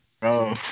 bro